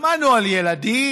שמענו על ילדים,